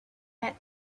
had